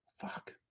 Fuck